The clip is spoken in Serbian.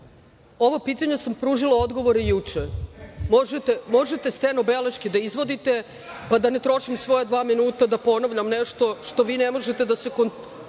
ova pitanja sam pružila odgovore juče. Možete stenobeleške da uzmete, pa da ne trošim svoja dva minuta da ponavljam nešto na šta vi ne možete da se koncentrišete